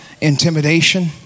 intimidation